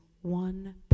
one